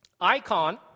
icon